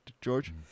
George